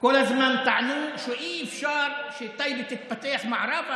כל הזמן טענו שאי-אפשר שטייבה תתפתח מערבה,